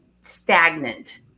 stagnant